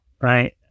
right